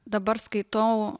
dabar skaitau